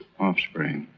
offspring.